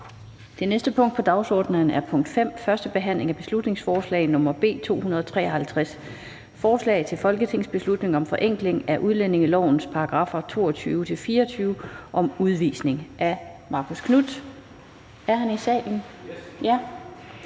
Det næste punkt på dagsordenen er: 5) 1. behandling af beslutningsforslag nr. B 253: Forslag til folketingsbeslutning om forenkling af udlændingelovens §§ 22-24 om udvisning. Af Marcus Knuth (KF) og Søren Pape